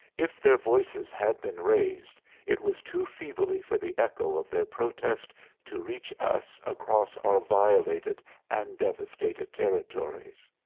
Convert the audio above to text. if their voices had been raised it was too feebly for the echo of their protest to reach us across our violated and devastated territories.